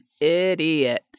idiot